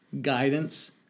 guidance